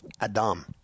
Adam